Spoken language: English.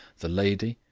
the lady,